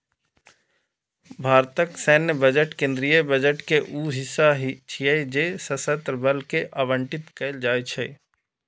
भारतक सैन्य बजट केंद्रीय बजट के ऊ हिस्सा छियै जे सशस्त्र बल कें आवंटित कैल जाइ छै